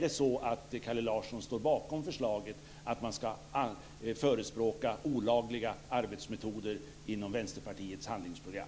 Står Kalle Larsson bakom förslaget att man ska förespråka olagliga arbetsmetoder i Vänsterpartiets handlingsprogram?